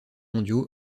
mondiaux